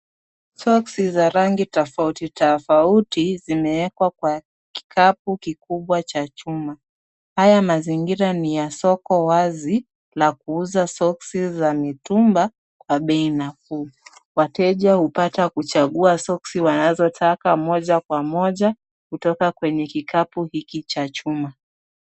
Soksi za rangi tofauti tofauti zimeekwa kwa kikapu kikubwa cha chuma. Haya mazingira ni ya soko wazi la kuuza soksi za mitumba kwa bei nafuu. Wateja hupata kuchagua soksi wanazotaka moja kwa moja kutoka kwenye kikapu hiki cha chuma.